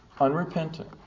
unrepentant